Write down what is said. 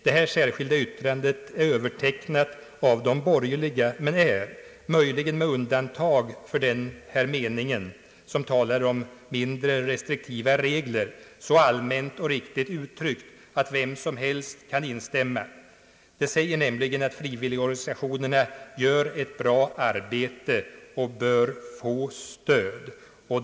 Det här särskilda yttrandet är övertecknat av de borgerliga men är, möjligen med undantag för den mening som talar om mindre restriktiva regler, så allmänt och riktigt uttryckt att vem som helst kan instämma. Det säger nämligen att frivilligorganisationerna gör ett bra arbete och bör få stöd.